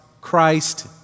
Christ